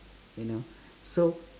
you know so